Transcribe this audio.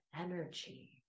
energy